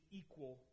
equal